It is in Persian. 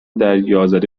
دریازده